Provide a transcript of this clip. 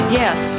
yes